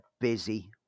busy